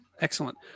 Excellent